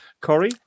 Corey